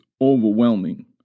overwhelming